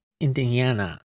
Indiana